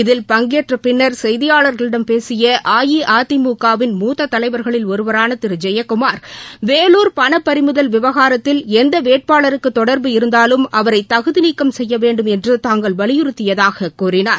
இதில் பங்கேற்றப் பின்னர் செய்தியாளர்களிடம் பேசிய அஇஅதிமுகவின் மூத்த தலைவர்களில் ஒருவரான திரு ஜெயக்குமார் வேலூர் பண பறிமுதல் விவகாரத்தில் எந்த வேட்பாளருக்கு தொடர்பு இருந்தாலும் அவரை தகுதி நீக்கம் செய்ய வேண்டும் என்று தாங்கள் வலியுறுத்தியதாக கூறினார்